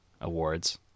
awards